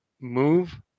move